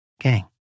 Gang